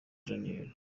daniella